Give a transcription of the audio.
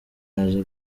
yaje